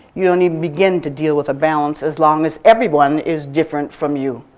you don't even begin to deal with a balance as long as everyone is different from you.